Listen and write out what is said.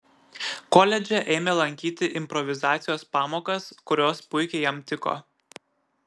koledže ėmė lankyti improvizacijos pamokas kurios puikiai jam tiko